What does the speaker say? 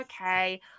okay